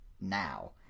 now